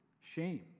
shame